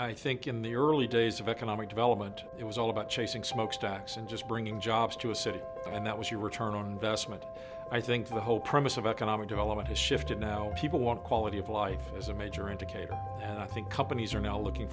i think in the early days of economic development it was all about chasing smokestacks and just bringing jobs to a city and that was your return on investment i think the whole premise of economic development has shifted now people want quality of life is a major indicator and i think companies are now looking